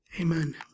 Amen